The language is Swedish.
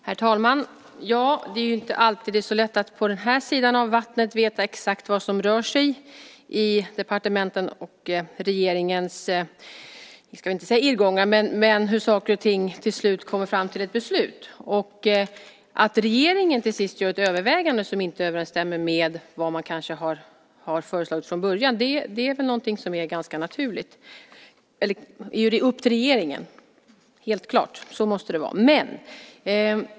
Herr talman! Det inte alltid så lätt att på den här sidan vattnet veta exakt vad som rör sig i departementen och hur saker och ting kommer fram till ett beslut. Att regeringen till sist gör ett övervägande som inte överensstämmer med vad man kanske har föreslagit från början är helt klart upp till regeringen. Så måste det vara.